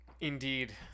Indeed